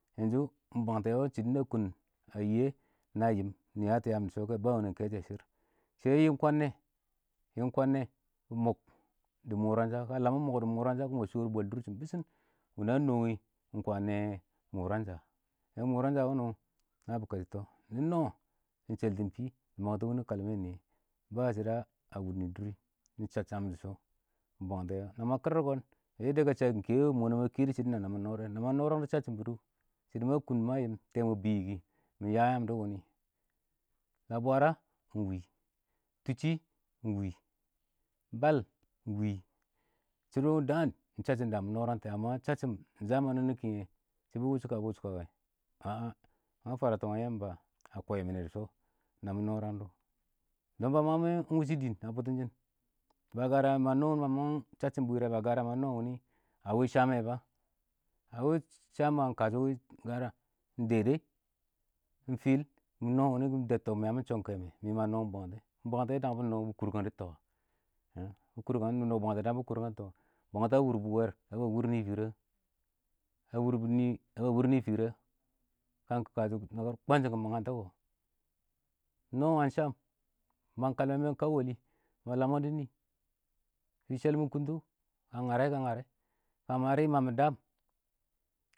﻿yanzu ɪng bwangtɛ wɔ ɪng shɪdɔ na kʊn a yɪyɛ nɪ yatɔ yam dɪ shɔ kɛ, ba wunəng kɛshɛ shɪrr shɛ yɪl kwannɛ, yil kwannɛ ɪng mʊk dɪ mʊran sha, dʊr shɪ bɪshɪn wʊnɪ a no wɪ, ɪng kwaan nɛ mʊran sha, ka lam mɪ mʊk dɪ mʊran sha kɔ, mʊran sha wʊnʊ na bɪ na bɪ kɛchɪtɔ, nɪ nɔ nɪ shɛltɪn fii, ba shɪdɔ a wʊnnɪ dʊr rɪ, nɪ chab sham dɪ shɔ, na ma kɪr kɔn yadda ka shakɪn ɪng kɛ wɪ, na ma kɛ dʊ shɪdɔn da na mɪ nɔ dɛ, na mɪ nɔrangdɔ shahsɪm bɪrɪ, shɪdɔ kʊn ma yɪm tɛɛ mwɛ a bɪn yɪ kɪ mɪ ya yaam dɪ wʊnɪ,na bwara ɪng wɪ, tʊnshɪ ɪng wɪ,bal ɪng wɪ, shɪdɔ dɪ daan ɪng shɪdɔn da mɪ nɔrang tʊ kɛ shashɪm dang nɔnɪ kingɛ, shɪ bɪ wʊsha ka, bɪ wʊshɔ ka,a a ma fwaratɪ wangɪn Yamba, a kɔyɪmɪnɛ dɪ shɔ, na mɪ nɔrangdɔ dɔn ba mang mɛ ɪng wʊshʊ dɪɪn a bʊtʊmɪn ba gara ma nɔ wangɪn wɪ shashɪm bwɪɪr rɛ, ba gwara ma nɔ wangɪn sha mɛ ba, a wɪ sham ɪng kashɔ gwara ɪng dɛ dɛ, ɪng fɪ ɪng nɔ wʊnɪ nɛ kɔ ɪng dəb tɔ mɪ yamɪ shɔnk kɛmɛ, mɪ ma nɔ ɪng bwangtɛ, bwangtɛ dang bɪ kʊrkang dɪ tɔ a? hmm, bɪ kʊrkang, bɪ nɔ bɪ kʊrkang dɪ tɔ a? bwantɛ a wʊr bʊ wɛɛr bɛ ba wʊr nɪfɪrɪ a? a wʊr bʊ nɪ, bɛ ba wʊer nɪfɪrɪ a? shɪr kɔnshɪn kɪ mangantɔ kɔ mɪ nɔ wangɪn sham, ɪng mang kalmɛ mɛ ɪng kab wɛlɪ, ma lamang dɔ nɪ, fɪ shɛl mɪ kʊntʊ,mka ɪng ngarɛ kɔ ɪng ngarɛ, ka ma rɪm ma, mɪ daam.